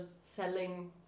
selling